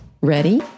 Ready